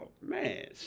man